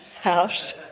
house